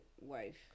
wife